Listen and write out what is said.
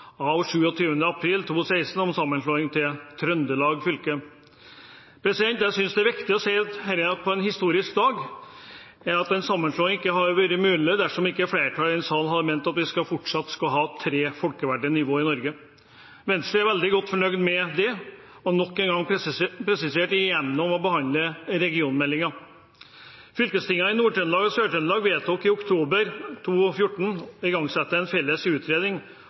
av 27. april 2016 om sammenslåing til Trøndelag fylke. Jeg synes det er viktig å si på en slik historisk dag at en sammenslåing ikke hadde vært mulig dersom ikke et flertall i denne sal hadde ment at vi fortsatt skal ha tre folkevalgte nivå i Norge. Venstre er veldig godt fornøyd med det, og har nok en gang presisert det gjennom å behandle regionmeldingen. Fylkestingene i Nord-Trøndelag og Sør-Trøndelag vedtok i oktober 2014 å igangsette en felles utredning